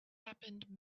happened